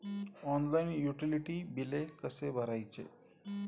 Online utility बिले कसे भरायचे?